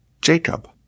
Jacob